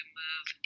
move